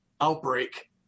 outbreak